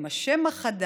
עם השם החדש,